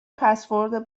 پسورد